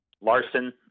Larson